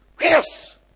yes